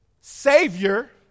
Savior